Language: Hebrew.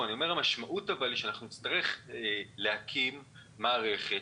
המשמעות היא שאנחנו נצטרך להקים מערכת.